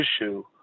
issue